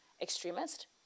extremist